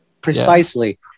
precisely